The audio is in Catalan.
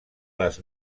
les